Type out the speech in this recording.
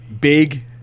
big